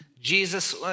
Jesus